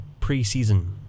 preseason